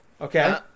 Okay